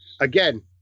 Again